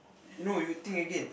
you know you think again